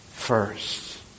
First